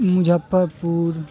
Muzaffarpur